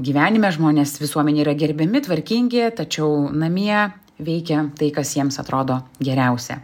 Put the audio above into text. gyvenime žmonės visuomenėj yra gerbiami tvarkingi tačiau namie veikia tai kas jiems atrodo geriausia